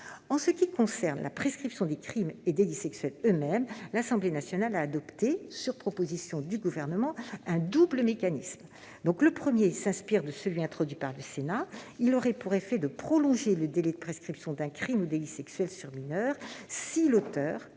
En ce qui concerne la prescription des crimes et délits sexuels eux-mêmes, l'Assemblée nationale a adopté, sur proposition du Gouvernement, un double mécanisme. Le premier s'inspire de celui que le Sénat a introduit. Il aurait pour effet de prolonger le délai de prescription d'un crime ou délit sexuel sur mineur si l'auteur